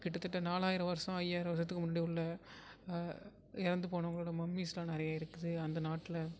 கிட்டத்தட்ட நாளாயிரம் வருஷம் ஐய்யாயிரம் வருஷத்துக்கு முன்னாடி உள்ள இறந்து போனவங்களோட மம்மீஸ்லாம் நிறைய இருக்குது அந்த நாட்டில்